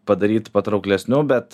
padaryt patrauklesniu bet